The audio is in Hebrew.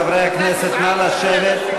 חברי הכנסת, נא לשבת.